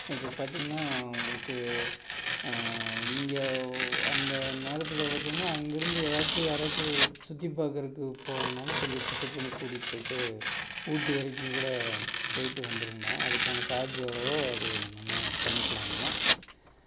இப்போ பார்த்திங்கனா உங்களுக்கு இங்கே அந்த நேரத்தில் பார்த்திங்கனா அங்கேருந்து எதாச்சும் யாராச்சும் சுற்றி பார்க்கறக்கு போகிறதுனாலும் கொஞ்சம் பிக்கப் பண்ணி கூட்டிகிட்டு போயிட்டு ஊட்டி வரைக்கும் கூட போயிட்டு வந்துருங்கண்ணா அதுக்கான சார்ஜு எவ்வளவோ அது நம்ம பண்ணிக்கலாங்க